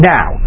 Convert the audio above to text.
Now